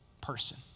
person